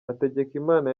hategekimana